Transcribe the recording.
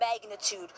magnitude